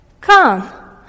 Come